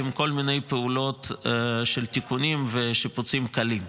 עם כל מיני פעולות של תיקונים ושיפוצים קלים.